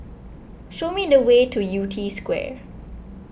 show me the way to Yew Tee Square